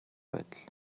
байдал